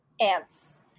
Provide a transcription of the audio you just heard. Ants